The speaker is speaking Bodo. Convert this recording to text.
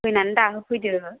फैनानै दाहोफैदो